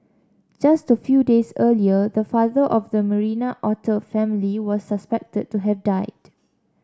just a few days earlier the father of the Marina otter family was suspected to have died